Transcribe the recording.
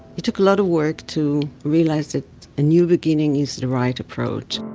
it took a lot of work to realize that a new beginning is the right approach,